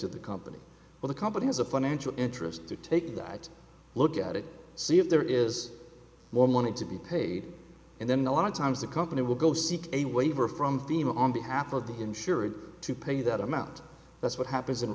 to the company or the company has a financial interest to take the right look at it see if there is more money to be paid and then a lot of times the company will go seek a waiver from fema on behalf of the insurer to pay that amount that's what happens